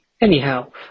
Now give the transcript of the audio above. Anyhow